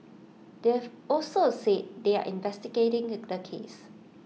they've also said they are investigating the case